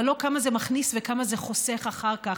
אבל לא כמה זה מכניס וכמה זה חוסך אחר כך,